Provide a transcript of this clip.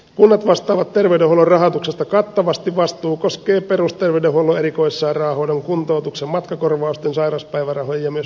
kunnat vastaavat terveydenhuollon rahoituksesta kattavasti vastuu koskee perusterveydenhuollon erikoissairaanhoidon kuntoutuksen matkakorvausten sairauspäivärahojen ja myös lääkekorvausten rahoitusta